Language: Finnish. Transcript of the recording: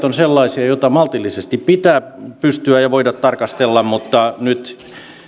ovat sellaisia joita maltillisesti pitää voida tarkastella nyt